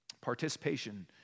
Participation